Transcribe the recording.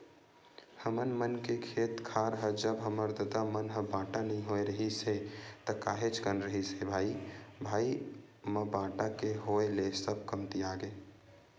हमर मन के खेत खार ह जब हमर ददा मन ह बाटा नइ होय रिहिस हे ता काहेच कन रिहिस हे भाई भाई म बाटा के होय ले सब कमतियागे